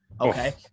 Okay